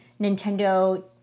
Nintendo